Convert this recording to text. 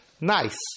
nice